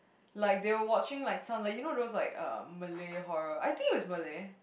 like they were watching like some like you know those like Malay horror I think it was Malay